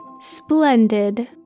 Splendid